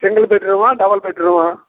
single బెడ్రూమా double బెడ్రూమా